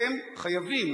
אתם חייבים,